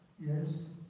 yes